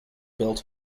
built